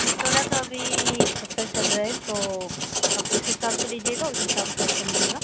जी सोना तो अभी सत्तर चल रहा है तो आप जिस हिसाब से लीजिएगा उस हिसाब से आपको मिलेगा